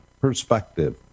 perspective